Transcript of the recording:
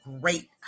great